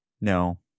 no